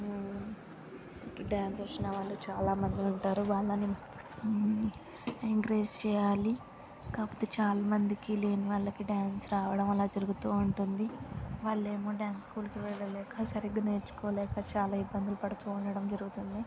dance వచ్చిన వాళ్ళు చాలామంది ఉంటారు వాళ్ళని ఎంకరేజ్ చేయాలి కాకపోతే చాలామందికి లేని వాళ్ళకి డ్యాన్స్ రావడం అలా జరుగుతూ ఉంటుంది వాళ్ళేమో డ్యాన్స్ స్కూల్కి వెళ్ళలేక సరిగ్గా నేర్చుకోలేక చాలా ఇబ్బందులు పడుతూ ఉండడం జరుగుతుంది